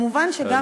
מובן שגם כאן,